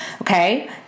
Okay